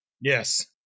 Yes